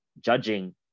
judging